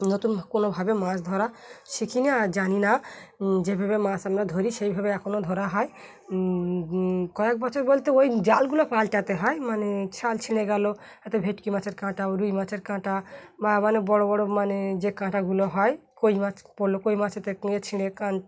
নতুন কোনোভাবে মাছ ধরা শিখি না আর জানি না যেভাবে মাছ আমরা ধরি সেইভাবে এখনও ধরা হয় কয়েক বছর বলতে ওই জালগুলো পাল্টটাতে হয় মানে ছাল ছিঁড়ে গেলো হয়ত ভেটকি মাছের কাঁটা রুই মাছের কাঁটা বা মানে বড়ো বড়ো মানে যে কাঁটাগুলো হয় কই মাছ পড়লো কই মাছ থেকেয়ে ছিঁড়ে কা